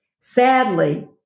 Sadly